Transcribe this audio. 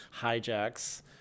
hijacks